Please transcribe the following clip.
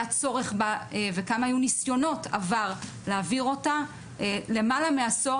צורך בו ועד כמה היו ניסיונות עבר להעביר אותה למעלה מעשור,